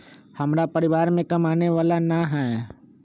हमरा परिवार में कमाने वाला ना है?